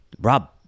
Rob